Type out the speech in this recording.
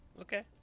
Okay